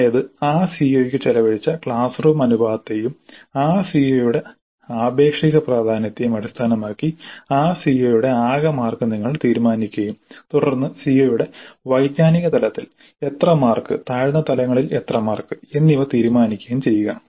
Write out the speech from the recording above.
അതായത് ആ സിഒക്ക് ചെലവഴിച്ച ക്ലാസ് റൂം അനുപാതത്തെയും ആ സിഒയുടെ ആപേക്ഷിക പ്രാധാന്യത്തെയും അടിസ്ഥാനമാക്കി ആ സിഒയുടെ ആകെ മാർക്ക് നിങ്ങൾ തീരുമാനിക്കുകയും തുടർന്ന് സിഒയുടെ വൈജ്ഞാനിക തലത്തിൽ എത്ര മാർക്ക് താഴ്ന്ന തലങ്ങളിൽ എത്ര മാർക്ക് എന്നിവ തീരുമാനിക്കുകയും ചെയ്യുക